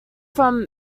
from